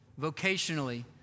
vocationally